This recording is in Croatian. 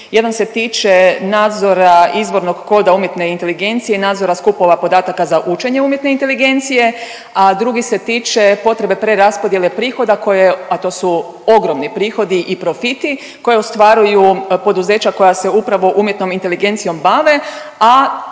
Jedan se tiče nadzora izvornog koda umjetne inteligencije i nadzora skupova podataka za učenje umjetne inteligencije, a drugi se tiče potrebe preraspodjele prihoda koje, a to su ogromni prihodi i profiti koje ostvaruju poduzeća koja se upravo umjetnom inteligencijom bave,